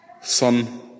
Son